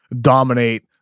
dominate